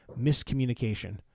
miscommunication